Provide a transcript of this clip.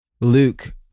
Luke